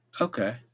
Okay